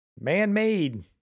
man-made